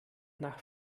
nach